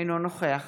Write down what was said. אינו נוכח